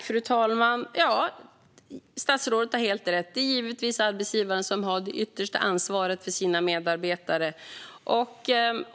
Fru talman! Statsrådet har helt rätt: Det är givetvis arbetsgivaren som har det yttersta ansvaret för sina medarbetare.